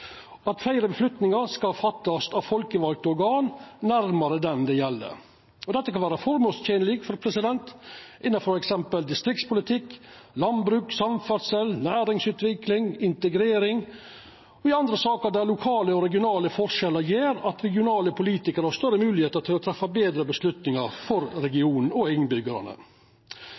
regional samfunnsutviklar. Fleire vedtak skal fattast av folkevalde organ, nærmare den det gjeld. Dette kan vera formålstenleg innan f.eks. distriktspolitikk, landbruk, samferdsel, næringsutvikling, integrering og i andre saker der lokale og regionale forskjellar gjer at regionale politikarar har større moglegheiter til å ta betre avgjerder for regionen og innbyggjarane.